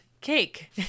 cake